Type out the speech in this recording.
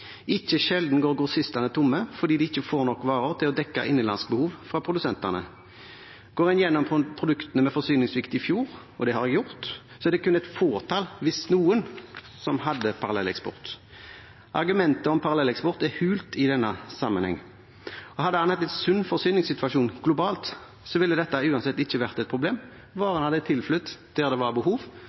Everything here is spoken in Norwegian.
Ikke sjelden går grossistene tomme fordi de ikke får nok varer fra produsentene til å dekke innenlands behov. Går en gjennom produktene med forsyningssvikt i fjor – og det har jeg gjort – er det kun et fåtall, hvis noen, som hadde parallelleksport. Argumentet om parallelleksport er hult i denne sammenheng. Hadde en hatt en sunn forsyningssituasjon globalt, ville dette uansett ikke vært et problem. Varene hadde tilflytt der det var behov.